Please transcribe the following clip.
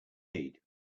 need